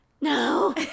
No